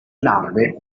larve